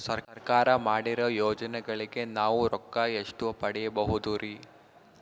ಸರ್ಕಾರ ಮಾಡಿರೋ ಯೋಜನೆಗಳಿಗೆ ನಾವು ರೊಕ್ಕ ಎಷ್ಟು ಪಡೀಬಹುದುರಿ?